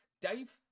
Dave